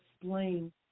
explain